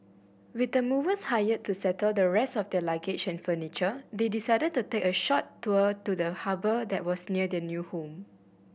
with the movers hired to settle the rest of their luggage and furniture they decided to take a short tour to the harbour that was near their new home